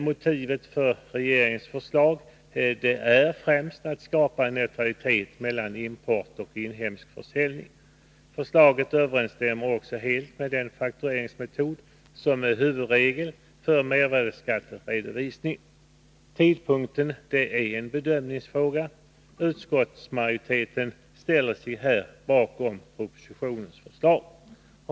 Motivet för regeringens förslag är främst att skapa en neutralitet mellan import och inhemsk försäljning. Förslaget överensstämmer också helt med den faktureringsmetod som är huvudregel för mervärdeskattredovisning. Tidpunkten är en bedömningsfråga. Utskottsmajoriteten ställer sig här bakom propositionens förslag.